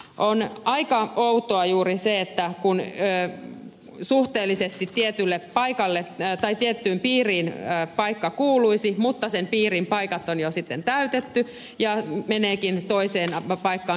on aika outoa juuri se että kun suhteellisesti tiettyyn piiriin paikka kuuluisi mutta sen piirin paikat on jo sitten täytetty niin se meneekin toiseen paikkaan rullaa